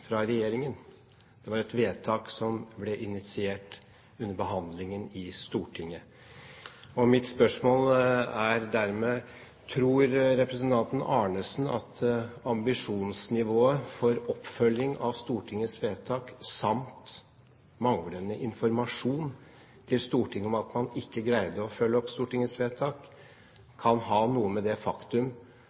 fra regjeringens side. Det var et vedtak som ble initiert under behandlingen i Stortinget. Mitt spørsmål er dermed: Tror representanten Arnesen at ambisjonsnivået for oppfølging av Stortingets vedtak samt manglende informasjon til Stortinget om at man ikke greide å følge opp Stortingets vedtak, kan ha noe å gjøre med det faktum